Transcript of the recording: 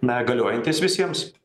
na galiojantis visiems